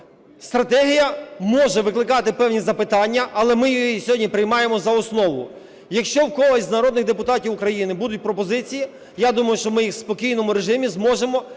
Стратегія може викликати певні запитання, але ми її сьогодні приймаємо за основу. Якщо в когось з народних депутатів України будуть пропозиції, я думаю, що ми їх у спокійному режимі зможемо